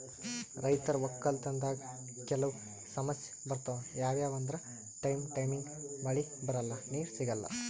ರೈತರ್ ವಕ್ಕಲತನ್ದಾಗ್ ಕೆಲವ್ ಸಮಸ್ಯ ಬರ್ತವ್ ಯಾವ್ಯಾವ್ ಅಂದ್ರ ಟೈಮ್ ಟೈಮಿಗ್ ಮಳಿ ಬರಲ್ಲಾ ನೀರ್ ಸಿಗಲ್ಲಾ